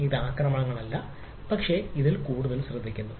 ഇത് ആക്രമണങ്ങളല്ല പക്ഷേ ഇവ കൂടുതൽ ശ്രദ്ധിക്കുന്നു